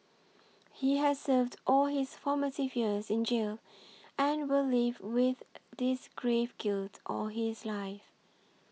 he has served all his formative years in jail and will live with this grave guilt all his life